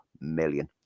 million